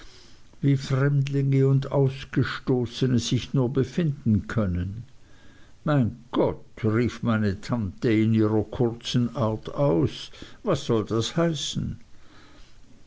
wie fremdlinge und ausgestoßene sich nur befinden können mein gott rief meine tante in ihrer kurzen art aus was soll das heißen